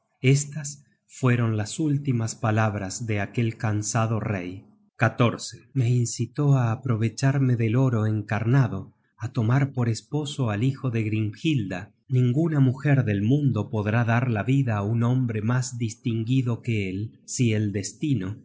estas fueron las últimas palabras de aquel cansado rey me incitó á aprovecharme del oro en carnado á tomar por esposo al hijo de grimhilda ninguna mujer del mundo podrá dar la vida á un hombre mas distinguido que él si el destino ha